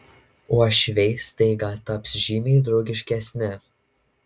uošviai staiga taps žymiai draugiškesni